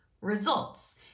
results